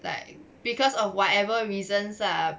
like because of whatever reasons lah